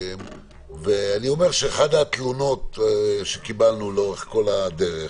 אחת התלונות שקיבלנו לאורך כל הדרך,